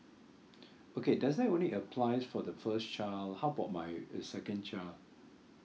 okay does that only applies for the first child how about my the second child